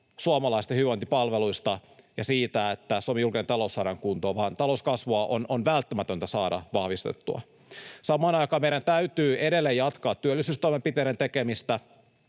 suomalaisten hyvinvointipalveluista ja siitä, että Suomen julkinen talous saadaan kuntoon, vaan talouskasvua on välttämätöntä saada vahvistettua. Samaan aikaan meidän täytyy edelleen jatkaa työllisyystoimenpiteiden tekemistä,